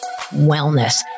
wellness